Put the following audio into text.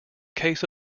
case